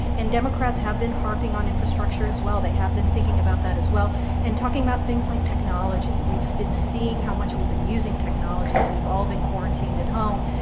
and democrats have been harping on infrastructure as well. they have been thinking about that as well and talking about things like technology. we've been seeing how much we've been using technologies. we've all been quarantined at home,